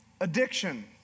Addiction